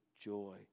joy